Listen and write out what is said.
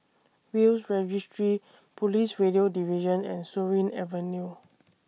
Will's Registry Police Radio Division and Surin Avenue